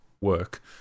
work